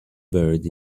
bird